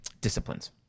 disciplines